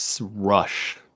rush